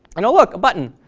and look, a button,